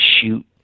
shoot